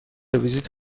ویزیت